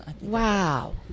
Wow